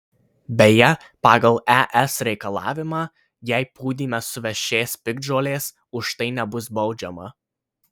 beje pagal es reikalavimą jei pūdyme suvešės piktžolės už tai nebus baudžiama